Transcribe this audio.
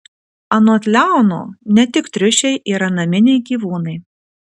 anot leono ne tik triušiai yra naminiai gyvūnai